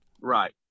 right